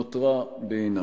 נותרה בעינה.